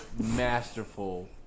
masterful